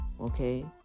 Okay